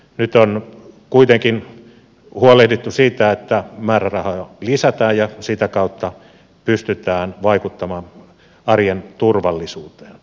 nyt on kuitenkin huolehdittu siitä että määrärahoja lisätään ja sitä kautta pystytään vaikuttamaan arjen turvallisuuteen